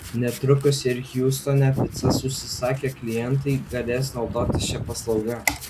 netrukus ir hjustone picas užsisakę klientai galės naudotis šia paslauga